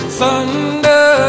thunder